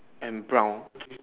and brown